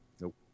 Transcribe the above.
Nope